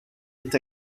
est